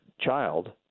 child